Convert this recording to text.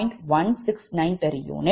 169 pu